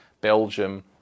Belgium